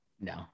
no